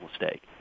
mistake